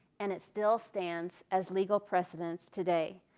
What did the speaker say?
and it still stands as legal precedence today.